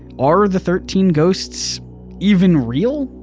are the thirteen ghosts even real?